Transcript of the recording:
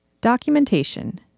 Documentation